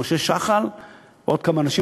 משה שחל ועוד כמה אנשים,